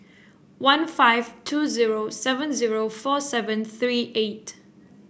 one five two zero seven zero four seven three eight